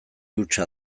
hutsa